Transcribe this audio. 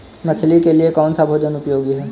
मछली के लिए कौन सा भोजन उपयोगी है?